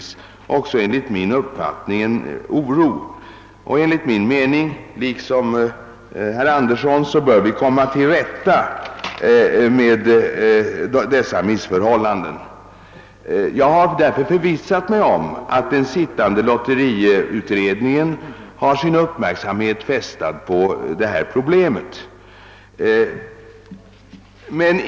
Såväl enligt min uppfattning som herr Anderssons måste vi söka komma till rätta med missförhållandena. Jag har därför förvissat mig om att den sittande lotteriutredningen har sin uppmärksamhet riktad på dessa problem.